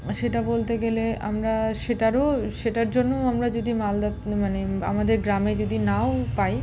সেটা বলতে গেলে আমরা সেটারও সেটার জন্যও আমরা যদি মালদা মানে আমাদের গ্রামে যদি নাও পাই